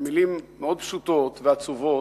במלים מאוד פשוטות ועצובות,